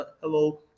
Hello